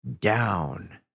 down